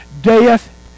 death